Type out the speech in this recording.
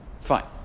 fine